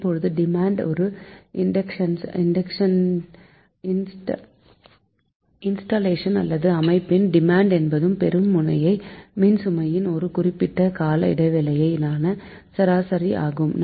இப்போது டிமாண்ட் ஒரு இன்ஸ்டல்லேஷன் அல்லது சிஸ்டமின் டிமாண்ட் என்பது பெறு ம் முனைய மின்சுமையின் ஒரு குறிப்பிட்ட கால இடைவேளை யிலான சராசரி ஆகும்